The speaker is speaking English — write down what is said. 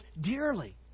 dearly